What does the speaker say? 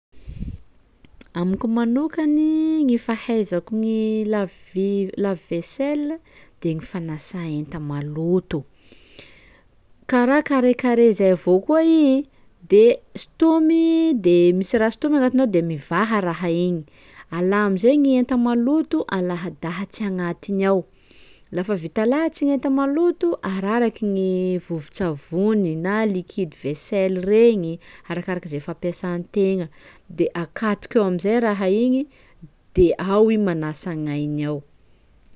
Amiko manokany gny fahaizako gny lave vi- lave vaisselle de gny fanasa enta maloto, karaha carré carré zay avao koa i de sintomy de misy raha sintomy agnatiny ao de mivaha raha igny, alà am'izay gny enta maloto alahadahatsy agnatiny ao, lafa vita lahatsy gny enta maloto araraky gny vovon-tsavony na liquide vaisselle regny arakarak'izay fampiasa an-tegna de akatoky eo am'izay raha igny de ao i manasa agnainy ao.